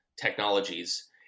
technologies